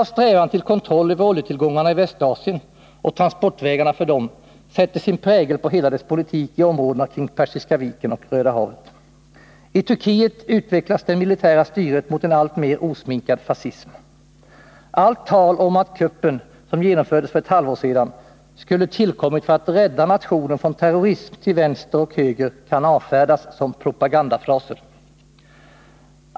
Strävan till kontroll över oljetillgångarna i Västasien och transportvägarna för dem sätter sin prägel på USA:s hela politik i områdena kring Persiska viken och Röda havet. I Turkiet utvecklas det militära styret mot en alltmer osminkad fascism. Allt tal om att kuppen, som genomfördes för ett halvår sedan, skulle ha tillkommit för att rädda nationen från terrorism till vänster och höger kan avfärdas som propagandafraser.